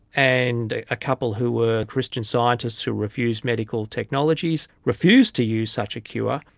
and a a couple who were christian scientists who refuse medical technologies refused to use such a cure,